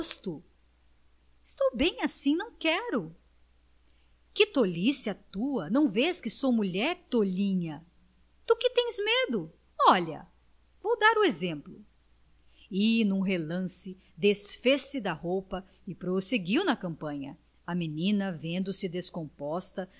gosto estou bem assim não quero que tolice a tua não vês que sou mulher tolinha de que tens medo olha vou dar exemplo e num relance desfez-se da roupa e prosseguiu na campanha a menina vendo-se descomposta